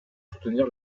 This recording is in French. soutenir